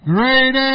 Great